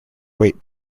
weight